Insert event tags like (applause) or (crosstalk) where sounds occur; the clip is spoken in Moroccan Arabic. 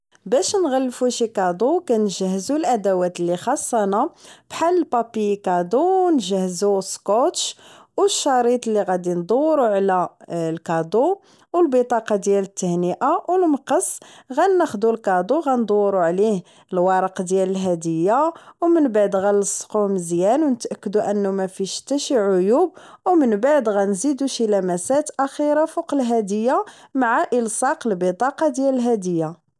باش نغلفو شي كادو كنجهزو الادوات اللي خاصنا بحال البابي كادو نجهزو سكوتش و الشريط اللي غندورو على (hesitation) الكادو و البطاقة ديال التهنئة و المقص غانخدو الكادر غندورو عليه الورق ديال الهدية و من بعد غنلصقوه مزيان و نتأكدو انه مافيهش تاشي عيوب و من بعد غنزيدو شي لمسات اخرى فوق الهدية مع الصاق البطاقة ديال الهدية